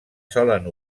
solen